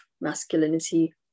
masculinity